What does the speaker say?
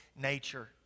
nature